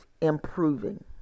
improving